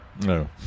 No